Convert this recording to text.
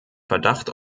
verdacht